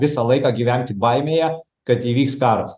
visą laiką gyventi baimėje kad įvyks karas